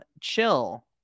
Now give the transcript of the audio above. chill